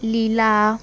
Lila